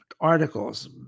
articles